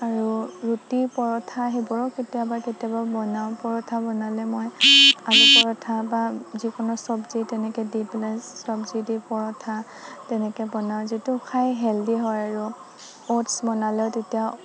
আৰু ৰুটি পৰঠা সেইবোৰো কেতিয়াবা কেতিয়াবা বনাও পৰঠা বনালে মই আলু পৰঠা বা যিকোনো চব্জি তেনেকে দি পেলাই চব্জি দি পৰঠা তেনেকে বনাও যিটো খাই হেলদি হয় আৰু অ'টছ্ বনালে তেতিয়া